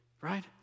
Right